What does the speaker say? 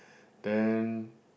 then